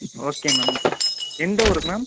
okay ma'am எந்த ஊருக்கு ma'am